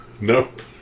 Nope